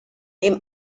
dem